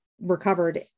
recovered